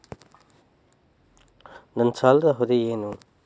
ನನ್ನ ಸಾಲದ ಅವಧಿ ಏನು?